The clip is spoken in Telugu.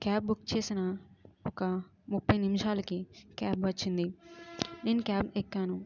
క్యాబ్ బుక్ చేసిన ఒక ముప్పై నిమిషాలకి క్యాబ్ వచ్చింది నేను క్యాబ్ ఎక్కాను